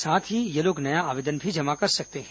साथ ही वे लोग नया आवेदन भी जमा कर सकते हैं